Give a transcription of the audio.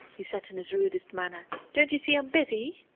he said in his rudest manner don't you see i'm busy?